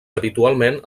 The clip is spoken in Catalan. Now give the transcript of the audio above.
habitualment